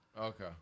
Okay